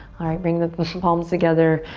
alright, bring the palms together,